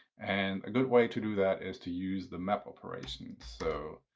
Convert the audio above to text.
and a good way to do that is to use the map operation. so